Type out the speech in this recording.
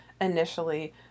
initially